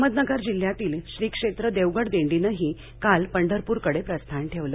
अहमदनगर जिल्ह्यातील श्री क्षेत्र देवगड दिंडीनही काल पंढरपूरकडे प्रस्थान ठेवलं